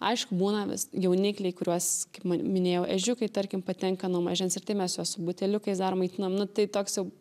aišku būna jaunikliai kuriuos kaip minėjau ežiukai tarkim patenka nuo mažens ir tai mes juos su buteliukais dar maitinam nu tai toks jau